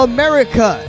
America